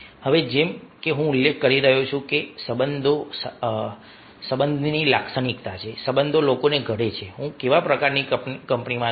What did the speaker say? હવે જેમ કે હું ઉલ્લેખ કરી રહ્યો હતો કે આ સંબંધો સંબંધની લાક્ષણિકતા છે સંબંધ લોકોને ઘડે છે હું કેવા પ્રકારની કંપની છું